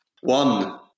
one